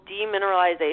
demineralization